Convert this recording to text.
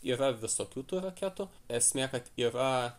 yra visokių tų raketų esmė kad yra